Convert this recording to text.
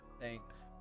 Thanks